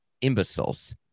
imbeciles